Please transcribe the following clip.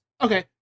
Okay